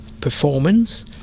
performance